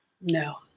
No